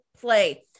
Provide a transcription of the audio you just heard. play